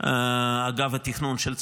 אגף התכנון של צה"ל,